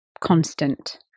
constant